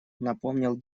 напомнил